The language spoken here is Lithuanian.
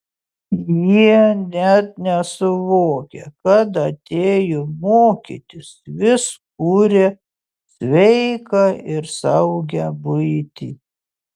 jie net nesuvokia kad atėjo mokytis vis kuria sveiką ir saugią buitį